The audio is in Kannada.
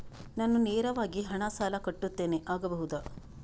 ನಾನು ನೇರವಾಗಿ ಹಣ ಸಾಲ ಕಟ್ಟುತ್ತೇನೆ ಆಗಬಹುದ?